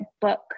book